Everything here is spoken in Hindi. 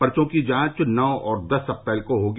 पर्चो की जांच नौ और दस अप्रैल को होगी